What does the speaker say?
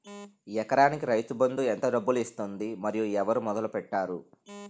ఎకరానికి రైతు బందు ఎంత డబ్బులు ఇస్తుంది? మరియు ఎవరు మొదల పెట్టారు?